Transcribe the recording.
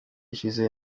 ishize